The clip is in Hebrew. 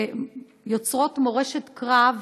שיוצרות מורשת קרב